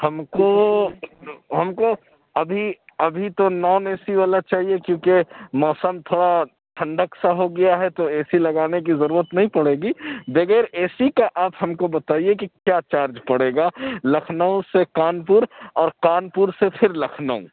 ہم کو ہم کو ابھی ابھی تو نان اے سی والا چاہیے کیونکہ موسم تھوڑا ٹھنڈک سا ہو گیا ہے تو اے سی لگانے کی ضرورت نہیں پڑے گی بغیر اے سی کا آپ ہم کو بتائیے کہ کیا چارج پڑے گا لکھنؤ سے کانپور اور کانپور سے پھر لکھنؤ